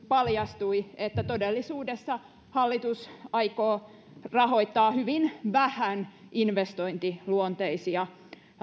paljastui että todellisuudessa hallitus aikoo rahoittaa hyvin vähän investointiluonteisia